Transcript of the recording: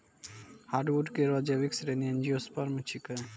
hardwood केरो जैविक श्रेणी एंजियोस्पर्म छिकै